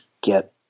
get